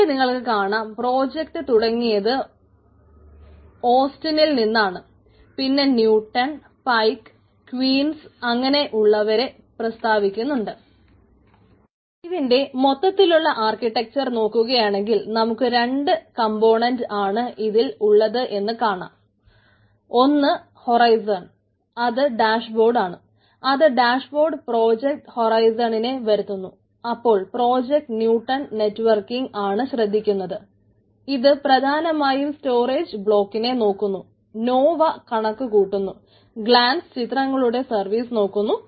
ഇവിടെ നിങ്ങൾക്ക് കാണാം പ്രോജക്റ്റ് തുടങ്ങിയത് ഓസ്റ്റിനിൽ അങ്ങനെ ഉള്ളവരെ പ്രസ്താവിക്കുന്നുണ്ട് ഇതിന്റെ മൊത്തത്തിലുള്ള ആർക്കിടെക്ച്ചർ നോക്കുകയാണെങ്കിൽ നമുക്ക് രണ്ട് കംപൊണന്റുകൾ ചിത്രങ്ങളുടെ സർവീസ് നോക്കുന്നു